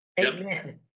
Amen